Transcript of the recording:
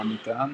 המטען,